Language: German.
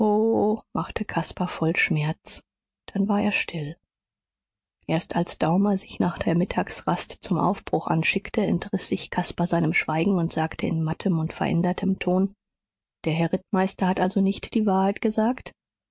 machte caspar voll schmerz dann war er still erst als daumer sich nach der mittagsrast zum aufbruch anschickte entriß sich caspar seinem schweigen und sagte in mattem und verändertem ton der herr rittmeister hat also nicht die wahrheit gesagt